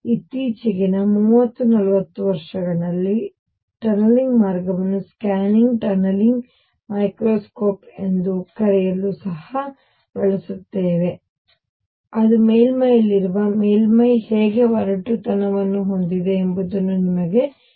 ಇತ್ತೀಚೆಗಿನ 30 40 ವರ್ಷಗಳಲ್ಲಿ ಟನಲಿಂಗ್ ಮಾರ್ಗವನ್ನು scanning tunnelling microscope ಎಂದು ಕರೆಯಲು ಸಹ ಬಳಸಲಾಗುತ್ತದೆ ಅದು ಮೇಲ್ಮೈಯಲ್ಲಿರುವ ಮೇಲ್ಮೈ ಹೇಗೆ ಒರಟುತನವನ್ನು ಹೊಂದಿದೆ ಎಂಬುದನ್ನು ನಿಮಗೆ ನೀಡುತ್ತದೆ